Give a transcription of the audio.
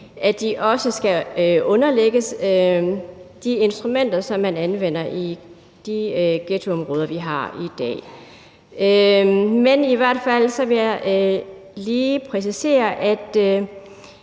også skal underlægges de instrumenter, som man anvender i de ghettoområder, vi har i dag. Men i hvert fald vil jeg lige præcisere, at